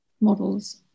models